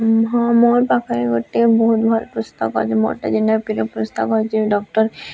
ହଁ ମୋର୍ ପାଖରେ ଗୋଟେ ବହୁତ୍ ଭଲ ପୁସ୍ତକ୍ ଅଛି ମୋର ଜେନ୍ଟା ପ୍ରିୟ ପୁସ୍ତକ୍ ଅଛି ଡ଼କ୍ଟର୍